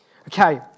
Okay